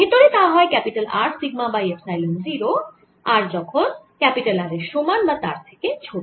ভেতরে তা হয় R sigma by epsilon 0 r যখন ক্যাপিটাল R এর সমান বা তার থেকে ছোট